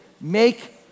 make